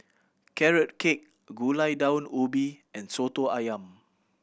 Carrot Cake Gulai Daun Ubi and Soto Ayam